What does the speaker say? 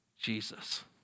Jesus